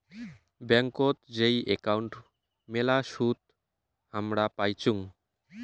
ব্যাংকোত যেই একাউন্ট মেলা সুদ হামরা পাইচুঙ